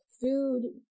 food